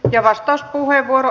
diavastauspuheenvuoro